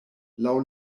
laŭ